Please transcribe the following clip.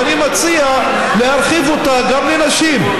ואני מציע להרחיב אותה גם לנשים.